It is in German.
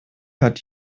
hat